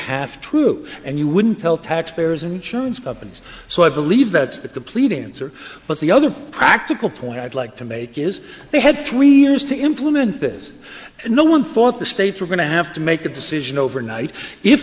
half true and you wouldn't tell taxpayers insurance companies so i believe that the complete answer but the other practical point i'd like to make is they had three years to implement this and no one thought the states were going to have to make a decision overnight if